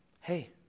Hey